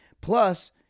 Plus